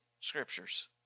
Scriptures